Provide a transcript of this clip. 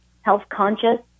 health-conscious